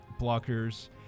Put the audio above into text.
Blockers